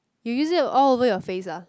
you use it all over your face ah